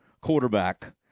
quarterback